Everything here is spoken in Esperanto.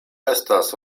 estas